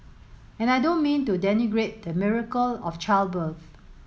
and I don't mean to denigrate the miracle of childbirth